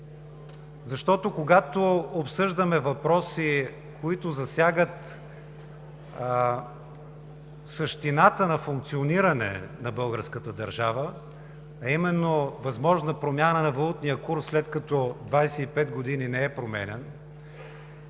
анализ? Когато обсъждаме въпроси, които засягат същината на функциониране на българската държава, а именно възможна промяна на валутния курс, след като 25 години не е променян,